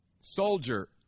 soldier